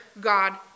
God